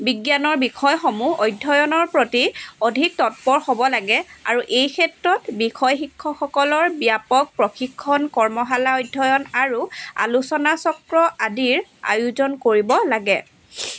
বিজ্ঞানৰ বিষয়সমূহ অধ্যয়নৰ প্ৰতি অধিক তৎপৰ হ'ব লাগে আৰু এই ক্ষেত্ৰত বিষয় শিক্ষকসকলৰ ব্য়াপক প্ৰশিক্ষণ কৰ্মশালা অধ্যয়ন আৰু আলোচনা চক্ৰ আদিৰ আয়োজন কৰিব লাগে